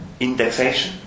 indexation